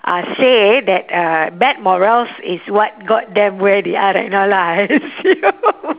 uh say that uh bad morals is what got them where they are right now lah